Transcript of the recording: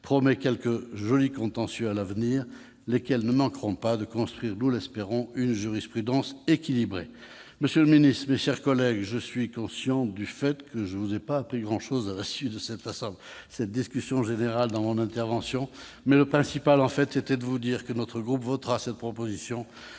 promet quelques jolis contentieux à venir, lesquels ne manqueront pas de construire, nous l'espérons, une jurisprudence équilibrée. Monsieur le ministre, mes chers collègues, je suis conscient du fait que je ne vous ai pas appris grand-chose au cours de mon intervention. Mais le principal était de vous dire que mon groupe votera cette proposition